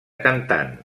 cantant